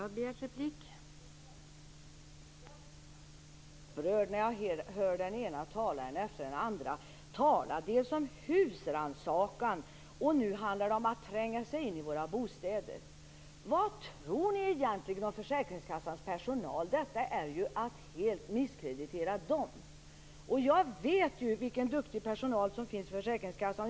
Fru talman! Jag blir faktiskt upprörd när jag hör den ena talaren efter den andra tala om husrannsakan och nu handlar det om att tränga sig in i våra bostäder. Vad tror ni egentligen om försäkringskassans personal? Detta är ju att helt misskreditera dem. Jag vet vilken duktig personal som finns på försäkringskassan.